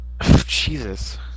Jesus